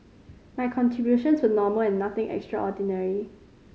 my contributions were normal and nothing extraordinary